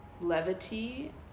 levity